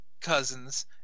Cousins